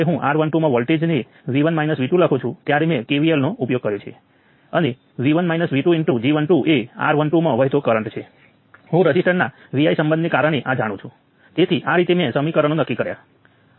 હવે આપણે nodal analysis ઈક્વેશનો સેટ કરવાની જરૂર છે અને ચાલો આ નોડને રેફરન્સ નોડ તરીકે પસંદ કરીએ અને હું રેફરન્સ નોડના સંદર્ભમાં નોડ્સ 1 અને 2 ઉપર આ વોલ્ટેજ V 1 અને V 2 માટે ઉકેલીશ